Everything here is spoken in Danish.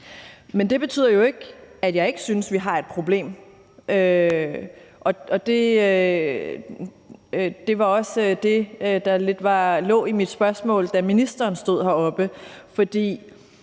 Men det betyder jo ikke, at jeg ikke synes, vi har et problem, og det var også det, der lidt lå i mit spørgsmål, da ministeren stod heroppe.